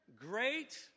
great